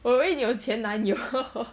我以为你有前男友